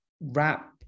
wrap